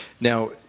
Now